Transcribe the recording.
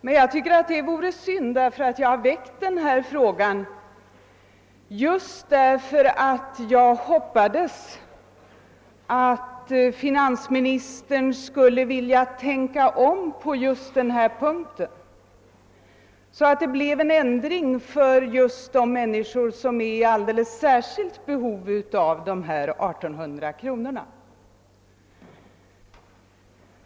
Men jag tycker att det vore synd att vara så kortfattad, eftersom jag har väckt denna fråga just därför att jag hoppades att finansministern skulle vilja tänka om på denna punkt, så att vi fick en ändring för de människor som är i alldeles speciellt stort behov av det skatteavdrag på 1 800 kronor det här är fråga om.